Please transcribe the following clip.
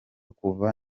kuvuga